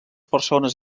persones